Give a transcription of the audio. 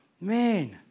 man